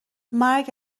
مرگ